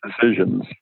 decisions